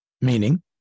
Meaning